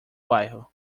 bairro